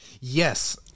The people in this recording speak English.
Yes